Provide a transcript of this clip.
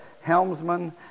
helmsman